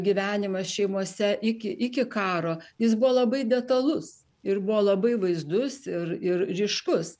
gyvenimas šeimose iki iki karo jis buvo labai detalus ir buvo labai vaizdus ir ir ryškus